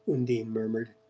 undine murmured,